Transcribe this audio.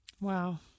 Wow